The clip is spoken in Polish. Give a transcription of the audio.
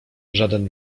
żaden